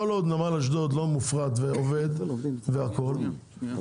כל עוד נמל אשדוד לא מופרד ועובד או נמל